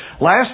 Last